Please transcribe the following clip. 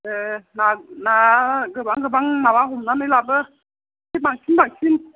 ना गोबां गोबां माबा हमनानै लाबो एसे बांसिन बांसिन